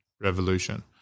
revolution